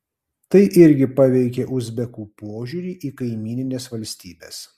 tai irgi paveikė uzbekų požiūrį į kaimynines valstybes